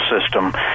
system